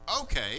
Okay